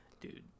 dude